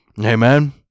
Amen